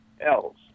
else